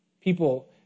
People